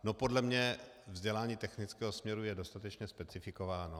No, podle mě vzdělání technického směru je dostatečně specifikováno.